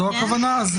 זו הכוונה?